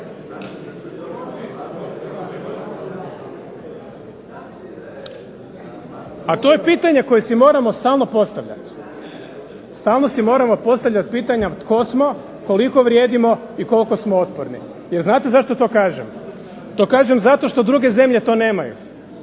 A to je pitanje koje si moramo stalno postavljati, stalno si moramo postavljati pitanja tko smo, koliko vrijedimo i koliko smo otporni. Jer znate zašto to kažem? To kažem zato što druge zemlje to nemaju,